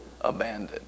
abandoned